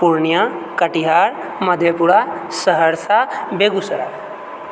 Purnia Katihar Madhepura Saharsa Begusarai